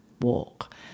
walk